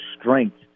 strength